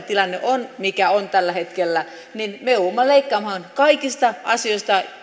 tilanne on mikä on tällä hetkellä me joudumme leikkaamaan kaikista